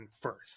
first